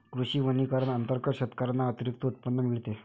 कृषी वनीकरण अंतर्गत शेतकऱ्यांना अतिरिक्त उत्पन्न मिळते